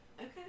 Okay